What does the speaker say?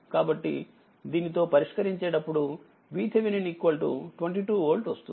కాబట్టి దీనితో పరిష్కరించేటప్పుడు VThevenin22వోల్ట్ వస్తుంది